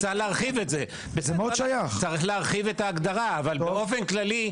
צריך להרחיב את ההגדרה; לצורך העניין,